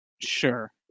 Sure